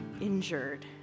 injured